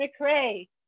McRae